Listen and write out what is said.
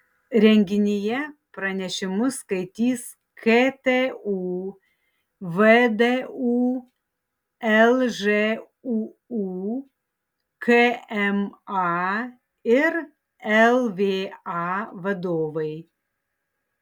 renginyje pranešimus skaitys ktu vdu lžūu kma ir lva vadovai